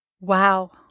Wow